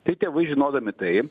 tai tėvai žinodami tai